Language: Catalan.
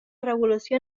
revolució